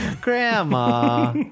Grandma